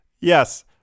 Yes